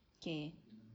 okay